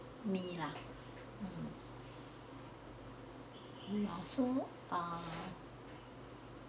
me lah hmm hmm ah so ah